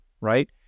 right